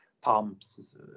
pumps